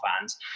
fans